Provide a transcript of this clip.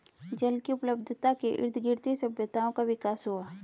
जल की उपलब्धता के इर्दगिर्द ही सभ्यताओं का विकास हुआ